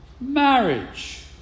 marriage